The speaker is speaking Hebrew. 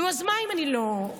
נו, אז מה אם אני לא בצבע?